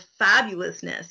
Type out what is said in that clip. fabulousness